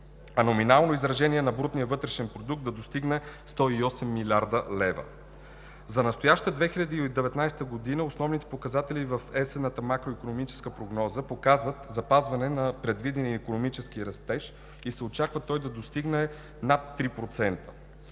номиналното изражение на брутния вътрешен продукт да достигне 108 млрд. лв. За настоящата 2019 г. основните показатели в есенната макроикономическа прогноза показват запазване на предвидения икономически растеж, като се очаква той да достигне над 3%.